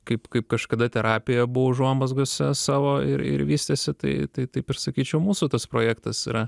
kaip kap kažkada terapija buvo užuomazgose savo ir ir vystėsi tai taip ir sakyčiau mūsų tas projektas yra